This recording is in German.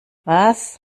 was